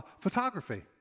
photography